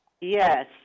Yes